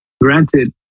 granted